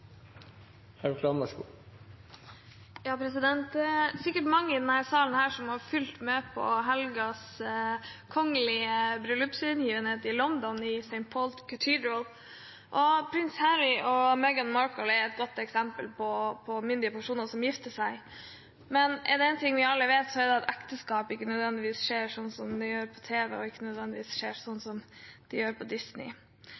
sikkert mange i denne salen som fulgte med på helgens kongelige bryllupsbegivenhet i Windsor, i St. George’s Chapel. Prins Harry og Meghan Markle er et godt eksempel på myndige personer som gifter seg. Men er det én ting vi alle vet, er det at ekteskap ikke nødvendigvis skjer slik som på tv, og ikke nødvendigvis